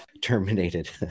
terminated